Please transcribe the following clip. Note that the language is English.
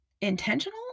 intentional